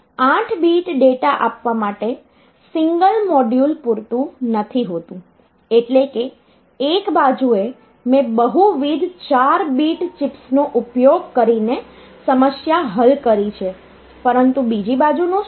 8 bit data આપવા માટે single module પૂરતું નથી હોતું એટલે કે એક બાજુએ મેં બહુવિધ 4 બીટ ચિપ્સનો ઉપયોગ કરીને સમસ્યા હલ કરી છે પરંતુ બીજી બાજુનું શું